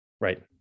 right